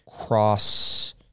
cross